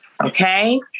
Okay